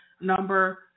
number